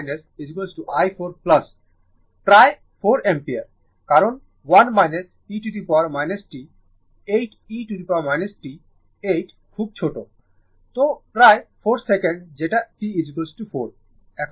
কারণ 1 e t 8 e t 8 খুব ছোট তো প্রায় 4 সেকেন্ড যাটা t 4